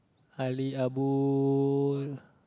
Ali Abu